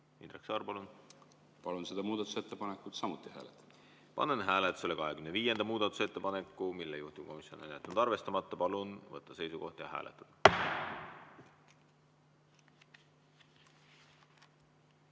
Indrek Saar, palun! Palun seda muudatusettepanekut samuti hääletada. Panen hääletusele 25. muudatusettepaneku, mille juhtivkomisjon on jätnud arvestamata. Palun võtta seisukoht ja hääletada!